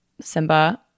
simba